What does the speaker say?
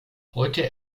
heute